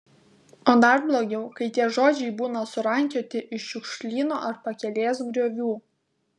o dar blogiau kai tie žodžiai būna surankioti iš šiukšlyno ar pakelės griovių